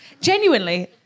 Genuinely